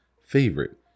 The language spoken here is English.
Favorite